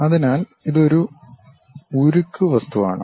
അതിനാൽ ഇത് ഒരു ഉരുക്ക് വസ്തുവാണ്